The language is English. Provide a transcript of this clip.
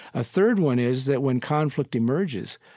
a third one is that when conflict emerges,